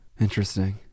interesting